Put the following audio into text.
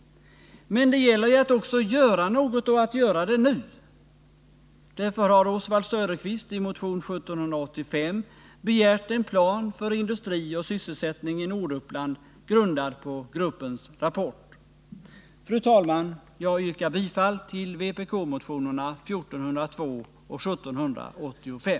Men det gäller ju att också göra något och att göra det nu. Därför har Oswald Söderqvist i motion 1785 begärt en plan för industri och sysselsättning i Norduppland grundad på gruppens rapport. Fru talman! Jag yrkar bifall till vpk-motionerna 1402 och 1785.